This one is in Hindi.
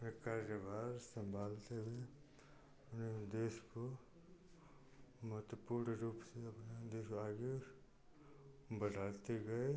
वे कार्यभार संभालते हुए उन्हे देश को महत्वपूर्ण रूप से अपना देश आगे बढ़ाते गए